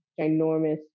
ginormous